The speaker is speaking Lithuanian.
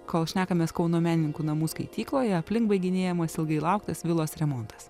kol šnekamės kauno menininkų namų skaitykloje aplink baiginėjamas ilgai lauktas vilos remontas